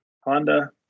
Honda